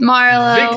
Marlo